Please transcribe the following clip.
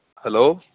hello